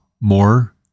more